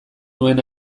nuen